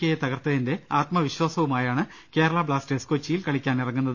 K യെ തകർത്തതിന്റെ ആത്മവിശ്വാസവുമായാണ് കേരള ബ്ലാസ്റ്റേഴ്സ് കൊച്ചിയിൽ കളിക്കാനിറങ്ങുന്നത്